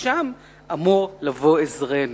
ומשם אמור לבוא עזרנו".